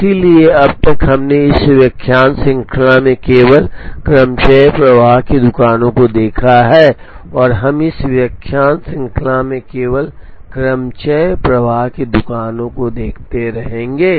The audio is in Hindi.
इसलिए अब तक हमने इस व्याख्यान श्रृंखला में केवल क्रमचय प्रवाह की दुकानों को देखा है और हम इस व्याख्यान श्रृंखला में केवल क्रमचय प्रवाह की दुकानों को देखते रहेंगे